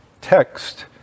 text